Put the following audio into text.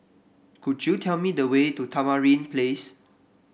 could you tell me the way to Tamarind Place